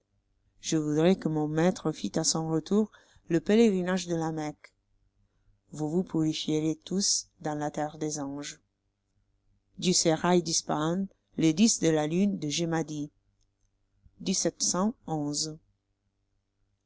je voudrois que mon maître fit à son retour le pèlerinage de la mecque vous vous purifieriez tous dans la terre des anges du sérail d'ispahan le de la lune de